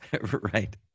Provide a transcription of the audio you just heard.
right